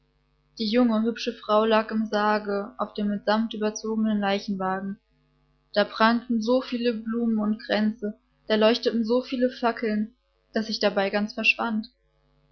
die junge hübsche frau lag im sarge auf dem mit samt überzogenen leichenwagen da prangten so viele blumen und kränze da leuchteten so viele fackeln daß ich dabei ganz